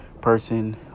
person